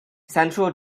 central